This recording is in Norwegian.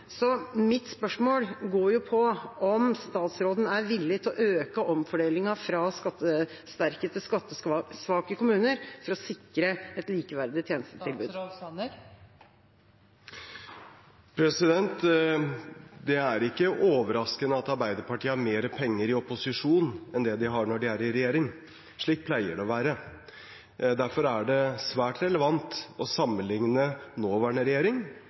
Så mitt spørsmål handler om hvorvidt statsråden er villig til å øke omfordelingen fra skattesterke til skattesvake kommuner for å sikre et likeverdig tjenestetilbud. Det er ikke overraskende at Arbeiderpartiet har mer penger i opposisjon enn det de har når de er i regjering. Slik pleier det å være. Derfor er det svært relevant å sammenligne nåværende regjering